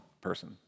person